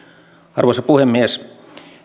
arvoisa puhemies